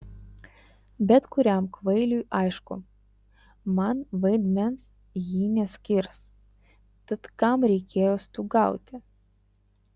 bet kuriam kvailiui aišku man vaidmens ji neskirs tad kam reikėjo stūgauti